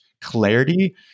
clarity